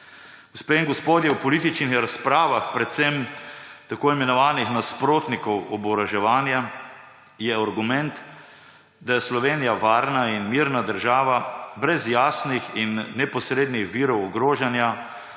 Gospe in gospodje, v političnih razpravah predvsem tako imenovanih nasprotnikov oboroževanja je argument, da je Slovenija varna in mirna država, brez jasnih in neposrednih virov ogrožanja